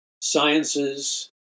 sciences